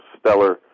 stellar